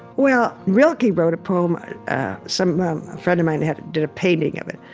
well, rilke wrote a poem ah some friend of mine did a painting of it,